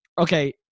okay